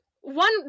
One